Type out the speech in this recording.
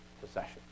possession